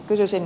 kysyisin